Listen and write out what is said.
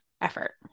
effort